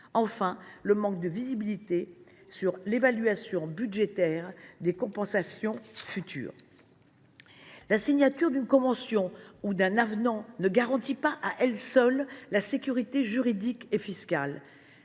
au manque de visibilité relative au montant des compensations futures. La signature d’une convention ou d’un avenant ne garantit pas à elle seule la sécurité juridique et fiscale.